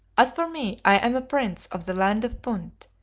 as for me, i am a prince of the land of punt.